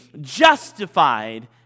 justified